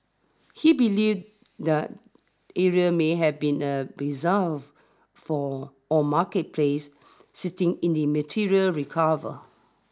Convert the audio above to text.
he believed that area may have been a bazaar for or marketplace citing in the material recovered